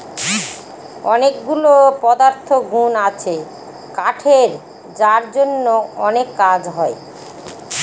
অনেকগুলা পদার্থগুন আছে কাঠের যার জন্য অনেক কাজ হয়